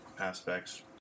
aspects